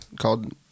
called